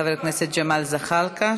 חבר הכנסת ג'מאל זחאלקה,